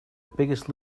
biggest